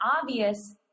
obvious